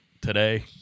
today